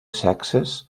sexes